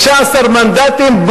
15 מנדטים,